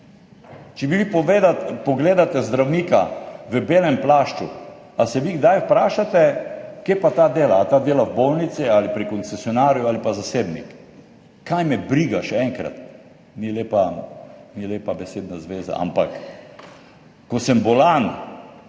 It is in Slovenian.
Če vi pogledate zdravnika v belem plašču, ali se vi kdaj vprašate, kje pa ta dela, ali ta dela v bolnici ali pri koncesionarju ali je pa zasebnik? Kaj me briga, še enkrat. Ni lepa besedna zveza, ampak ko sem bolan,